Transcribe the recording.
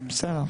בסדר.